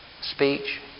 speech